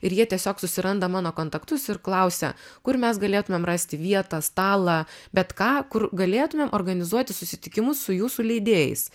ir jie tiesiog susiranda mano kontaktus ir klausia kur mes galėtumėm rasti vietą stalą bet ką kur galėtumėm organizuoti susitikimus su jūsų leidėjais